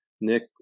Nick